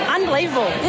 Unbelievable